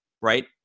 right